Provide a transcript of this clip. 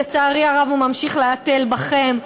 לצערי הרב הוא ממשיך להתל בכם,